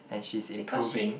and she's improving